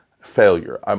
failure